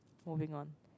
moving on